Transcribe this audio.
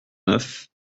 neuf